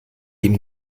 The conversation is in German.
ihm